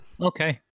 Okay